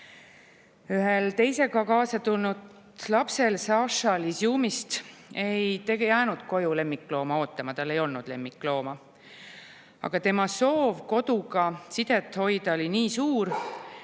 teistega kaasa tulnud lapsel, Sašal Izjumist, ei jäänud koju lemmiklooma ootama, tal ei olnud lemmiklooma. Aga tema soov koduga sidet hoida oli nii suur,